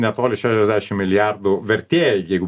netoli šešiasdešim milijardų vertė jeigu